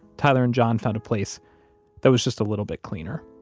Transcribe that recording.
tyler and john found a place that was just a little bit cleaner